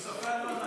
הוא סופר לא נכון.